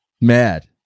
mad